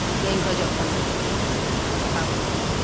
ᱤᱠᱟᱹᱧ ᱠᱷᱚᱡᱚᱜ ᱠᱟᱱᱟ ᱚᱱᱟᱫᱚ ᱠᱟᱴᱟᱣ ᱠᱟᱹᱛᱤᱧ ᱢᱮ